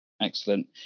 excellent